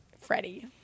Freddie